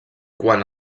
quan